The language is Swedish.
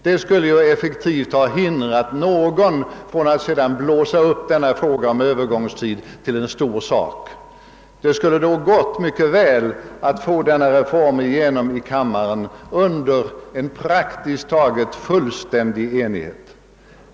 Det skulle effektivt ha hindrat någon från att blåsa upp frågan om övergångstiden till en stor sak. Det skulle då mycket väl ha gått att få igenom denna reform i kammaren under praktiskt taget fullständig enighet.